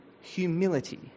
humility